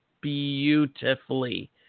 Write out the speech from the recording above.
beautifully